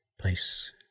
place